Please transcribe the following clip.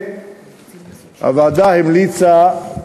הוועדה המליצה,